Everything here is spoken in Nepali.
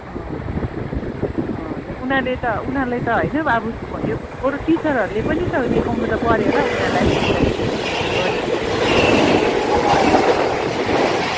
अँ अँ उनीहरूले त उनीहरूलाई त होइन अब एक बरु टिचरहरूले पनि त देखाउनु त पऱ्यो होला उनीहरूलाई एउटा केही न केही त गरिदिउँ हामीले पनि मिलेर है अन्त